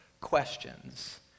questions